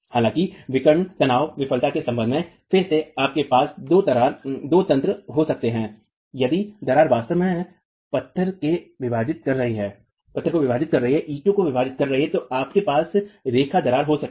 हालांकि विकर्ण तनाव विफलता के संबंध में फिर से आपके पास दो तंत्र हो सकते हैं यदि दरार वास्तव में पत्थर को विभाजित कर रही है ईंट को विभाजित कर रही हैतो आपके पास रेखा दरार हो सकती है